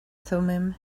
thummim